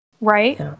Right